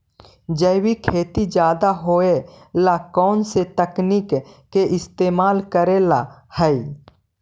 जैविक खेती ज्यादा होये ला कौन से तकनीक के इस्तेमाल करेला हई?